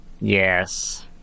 Yes